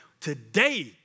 today